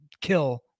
kill